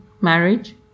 marriage